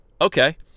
okay